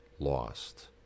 lost